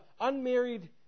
unmarried